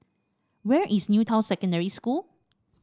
where is New Town Secondary School